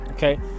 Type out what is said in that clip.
Okay